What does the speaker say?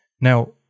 now